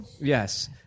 yes